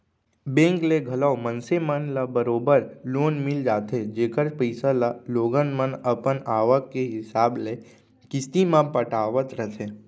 bank ले घलौ मनसे मन ल बरोबर लोन मिल जाथे जेकर पइसा ल लोगन मन अपन आवक के हिसाब ले किस्ती म पटावत रथें